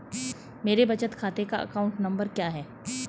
मेरे बचत खाते का अकाउंट नंबर क्या है?